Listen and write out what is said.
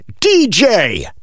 DJ